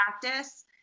practice